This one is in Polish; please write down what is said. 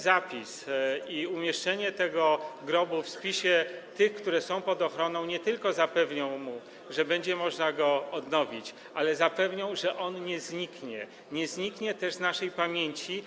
Zapis o umieszczeniu tego grobu w spisie tych, które są pod ochroną, nie tylko zapewni mu to, że będzie można go odnowić, ale też to, że on nie zniknie, również z naszej pamięci.